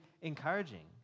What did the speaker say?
encouraging